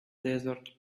desert